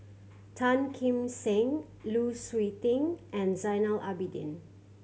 Tan Kim Seng Lu Suitin and Zainal Abidin